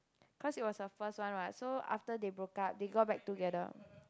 cause it was the first one right so after they broke up they got back together